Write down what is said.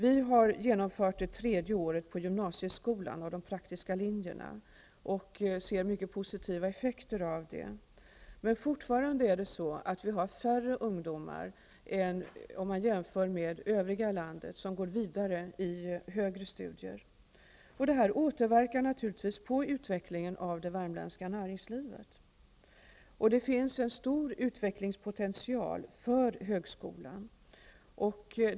Vi har nu genomfört det tredje året på gymnasieskolan med de praktiska linjerna och ser mycket positiva effekter av det. Men fortfarande har vi färre ungdomar än i landet i övrigt som går vidare till högre studier. Det här återverkar naturligtvis på utvecklingen av det värmländska näringslivet. Det finns en stor utvecklingspotential för högskolan i Karlstad.